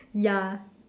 ya